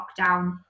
lockdown